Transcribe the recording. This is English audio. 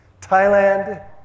Thailand